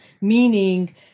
meaning